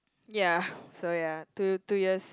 ya so ya two two years